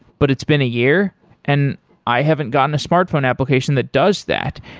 but it's been a year and i haven't gotten a smartphone application that does that.